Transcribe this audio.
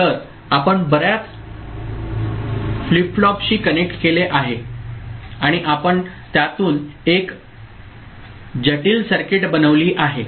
तर आपण बर्याच फ्लिप फ्लॉपशी कनेक्ट केले आहे आणि आपण त्यातून एक जटिल सर्किट बनविली आहे